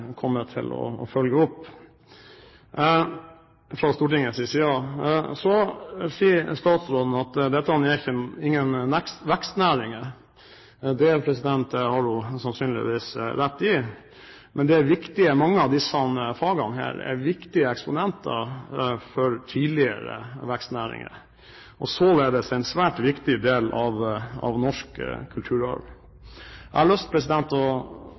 kommer fra statsråden om at hun ikke bare vil jobbe med dette opp mot sine nordiske kolleger, men også vil involvere andre departementer, er rosverdig, og noe vi selvfølgelig vil komme til å følge opp fra Stortingets side. Statsråden sier at dette ikke er vekstnæringer. Det har hun sannsynligvis rett i. Men mange av disse fagene er viktige eksponenter for tidligere vekstnæringer og således en svært viktig